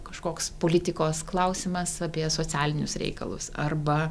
kažkoks politikos klausimas apie socialinius reikalus arba